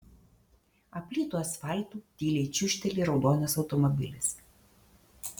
aplytu asfaltu tyliai čiūžteli raudonas automobilis